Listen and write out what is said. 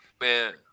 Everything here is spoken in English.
man